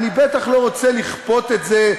אני בטח לא רוצה לכפות את זה,